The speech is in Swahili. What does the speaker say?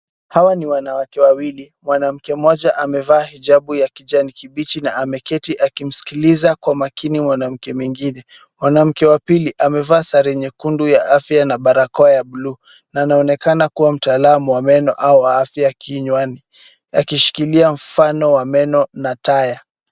Hawa ni wanawake wawili, mwanamke mmoja amevaa hijabu ya kijani kibichi na ameketi akimsikiliza kwa makini mwanamke mwingine. Mwanamke wa pili amevaa sare nyekundu ya afya na barakoa ya buluu, na anaonekana kuwa mtaalamu wa meno au wa afya kinywani, akishikilia mfano wa meno na taya.